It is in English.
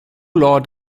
lord